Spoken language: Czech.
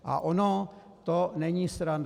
A ono to není sranda.